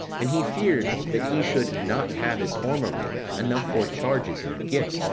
and he feared that he should not have as formerly enough for charges and gifts,